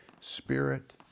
Spirit